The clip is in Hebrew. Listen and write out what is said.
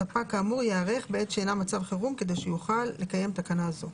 ספק כאמור ייערך בעת שאינה מצב חירום כדי שיוכל לקיים תקנה זו.